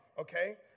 okay